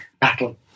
battle